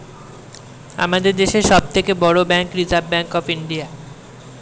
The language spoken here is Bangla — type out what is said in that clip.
আমাদের দেশের সব থেকে বড় bank reserve bank of India